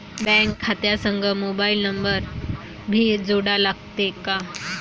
Bank खात्या संग mobile number भी जोडा लागते काय?